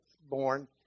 born